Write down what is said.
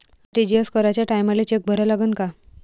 RTGS कराच्या टायमाले cheque भरा लागन का?